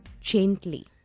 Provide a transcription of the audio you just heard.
gently